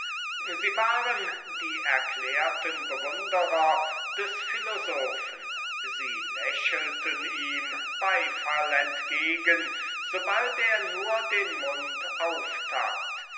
sie waren die erklärten bewunderer des philosophen sie lächelten ihm beifall entgegen so bald er nur den mund auf